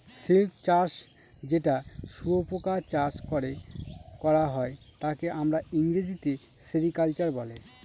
silk চাষ যেটা শুয়োপোকা চাষ করে করা হয় তাকে আমরা ইংরেজিতে সেরিকালচার বলে